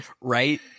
right